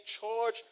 charge